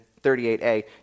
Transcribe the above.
38a